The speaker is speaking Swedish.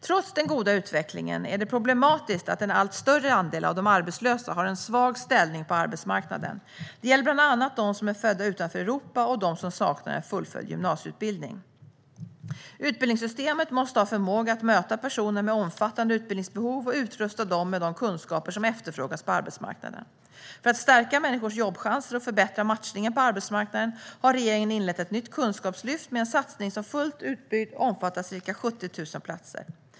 Trots den goda utvecklingen är det problematiskt att en allt större andel av de arbetslösa har en svag ställning på arbetsmarknaden. Det gäller bland annat dem som är födda utanför Europa och dem som saknar en fullföljd gymnasieutbildning. Utbildningssystemet måste ha förmåga att möta personer med omfattande utbildningsbehov och utrusta dem med de kunskaper som efterfrågas på arbetsmarknaden. För att stärka människors jobbchanser och förbättra matchningen på arbetsmarknaden har regeringen inlett ett nytt kunskapslyft med en satsning som fullt utbyggd omfattar ca 70 000 platser.